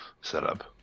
setup